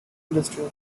industrial